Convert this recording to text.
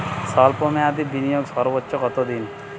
স্বল্প মেয়াদি বিনিয়োগ সর্বোচ্চ কত দিন?